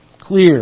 clear